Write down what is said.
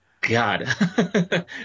God